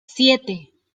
siete